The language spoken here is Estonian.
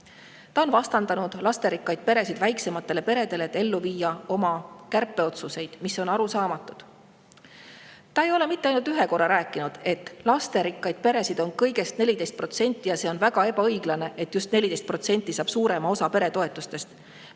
Ta on vastandanud lasterikkaid peresid väiksematele peredele, et ellu viia oma kärpeotsuseid, mis on arusaamatud. Ta ei ole mitte ainult ühe korra rääkinud, et lasterikkaid peresid on kõigest 14% kõigist Eesti peredest ja see on väga ebaõiglane, et just see 14% saab suurema osa peretoetustest.